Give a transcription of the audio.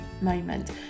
moment